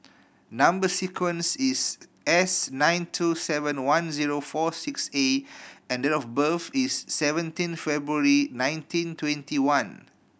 number sequence is S nine two seven one zero four six A and date of birth is seventeen February nineteen twenty one